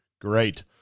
Great